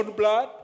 blood